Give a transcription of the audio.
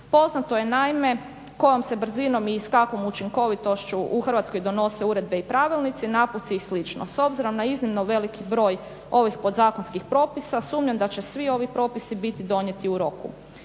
Poznato je naime kojom se brzinom i s kakvom učinkovitošću u Hrvatskoj donose uredbe i pravilnici, naputci i slično. S obzirom na iznimno veliki broj ovih podzakonskih propisa sumnjam da će svi ovi propisi biti donijeti u roku.